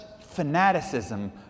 fanaticism